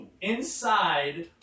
inside